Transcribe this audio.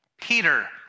Peter